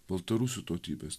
baltarusų tautybės